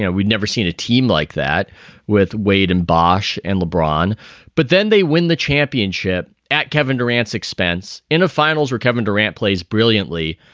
yeah we'd never seen a team like that with wade and bosh and lebron but then they win the championship at kevin durant's expense in a finals where kevin durant plays brilliantly.